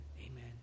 amen